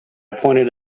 pointed